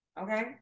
Okay